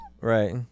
Right